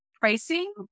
pricing